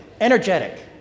energetic